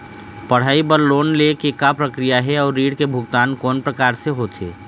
पढ़ई बर लोन ले के का प्रक्रिया हे, अउ ऋण के भुगतान कोन प्रकार से होथे?